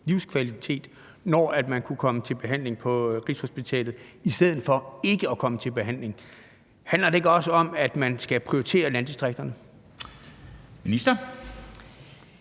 livskvalitet, fordi de kunne komme til behandling på Rigshospitalet i stedet for ikke at komme til behandling. Handler det ikke også om, at man skal prioritere landdistrikterne? Kl.